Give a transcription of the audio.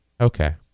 Okay